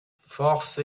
force